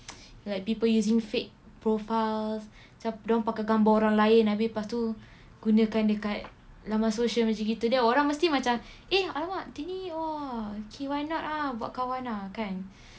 like people using fake profiles macam dia orang pakai gambar orang lain habis lepas tu gunakan dekat laman sosial macam gitu then orang mesti macam eh I want tinggi !wah! cik lawa ah buat kawan ah kan